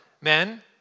Men